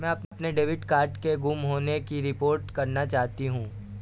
मैं अपने debit card के गुम होने की रिपोर्ट करना चाहती हूँ